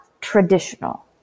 traditional